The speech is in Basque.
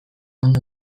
ondo